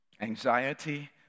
Anxiety